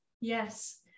Yes